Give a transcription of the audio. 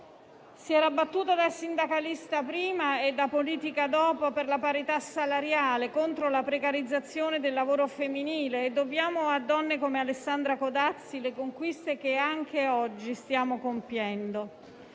Si era battuta, da sindacalista prima e da politica dopo, per la parità salariale, contro la precarizzazione del lavoro femminile. Dobbiamo a donne come Alessandra Codazzi le conquiste che anche oggi stiamo compiendo.